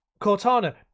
cortana